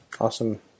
Awesome